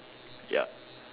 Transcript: ya